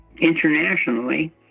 internationally